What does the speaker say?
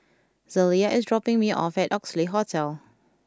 Zelia is dropping me off at Oxley Hotel